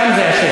משם זה השם.